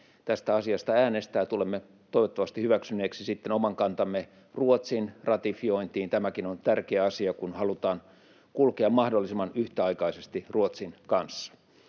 tästä asiasta äänestää, tulemme toivottavasti hyväksyneeksi oman kantamme Ruotsin ratifiointiin. Tämäkin on tärkeä asia, kun halutaan kulkea mahdollisimman yhtäaikaisesti Ruotsin kanssa.